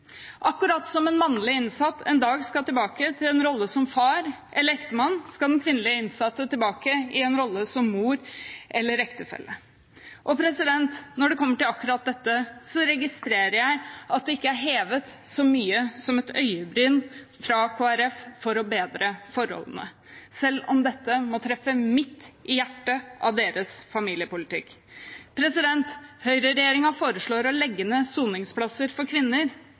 Akkurat som en mannlig innsatt en dag skal tilbake til en rolle som far eller ektemann, skal den kvinnelige innsatte tilbake i en rolle som mor eller ektefelle. Når det kommer til akkurat dette, registrerer jeg at det ikke er hevet så mye som et øyebryn fra Kristelig Folkepartis side for å bedre forholdene, selv om dette må treffe midt i hjertet av deres familiepolitikk. Høyreregjeringen foreslår å legge ned soningsplasser for kvinner,